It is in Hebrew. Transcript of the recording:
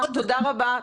תודה רבה.